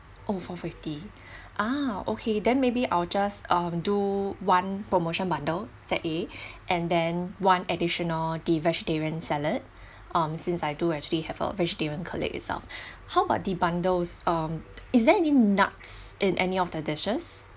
oh four fifty ah okay then maybe I'll just um do one promotion bundle set A and then one additional the vegetarian salad um since I do actually have a vegetarian colleague itself how about the bundles um is there any nuts in any of the dishes